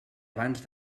abans